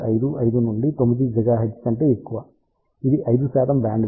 55 నుండి 9 GHz కంటే ఎక్కువ ఇది 5 బ్యాండ్విడ్త్